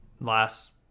last